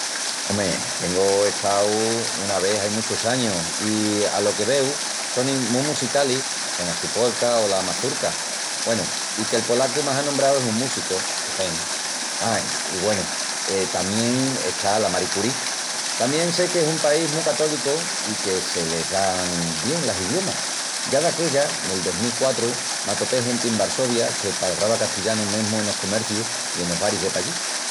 Ome, tengu estau una vés ai muchus añus i, alo que veu, sonin mu musicalis, cona su polka o la mazurka. Güenu, i que'l polacu más anombrau es un músicu, Chopin. Ai, güenu, tamién está la Marie Curie! Tamién sé que es un país mu católicu i que se les dan bien las idiomas. Ya d'aquella, nel dos mil quatru, m'atopé genti en Varsovia que palrava castillanu mesmu enos comercius i enos baris de pallí.